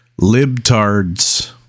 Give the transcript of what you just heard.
libtards